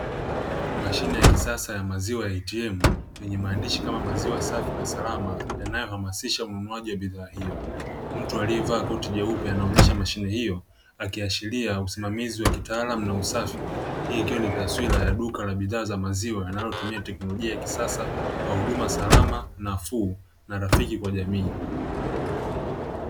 Mashina ya kisasa ya maziwa ya "ATM" yenye maandishi kama maziwa safi na salama yanayo hamasisha umunuaji wa bidhaa hiyo. Mtu aliye vaa koti jeupe, anaonesha mashina hiyo akiashiria usimamizi wa kitaalam na usafi. Hii ikiwa ni taswira ya duka la bidhaa za maziwa yanayotumia teknolojia ya kisasa kwa huduma salama, nafuu na rafiki kwa jamii.